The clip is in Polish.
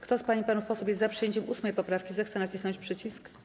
Kto z pań i panów posłów jest za przyjęciem 8. poprawki, zechce nacisnąć przycisk.